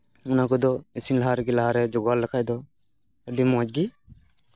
ᱚᱱᱟ ᱠᱚᱫᱚ ᱤᱥᱤᱱ ᱞᱟᱦᱟᱨᱮ ᱞᱟᱦᱟᱨᱮ ᱡᱳᱜᱟᱲ ᱞᱮᱠᱷᱟᱡ ᱫᱚ ᱟᱹᱰᱤ ᱢᱚᱸᱡ ᱜᱮ